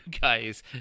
guys